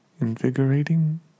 invigorating